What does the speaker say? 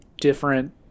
different